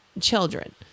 children